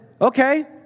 okay